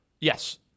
Yes